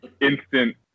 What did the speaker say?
instant